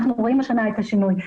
אנחנו רואים השנה את השינוי.